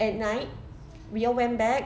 at night we all went back